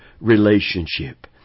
relationship